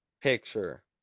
Picture